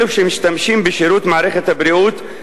בעיות וסכנות במערכת הבריאות.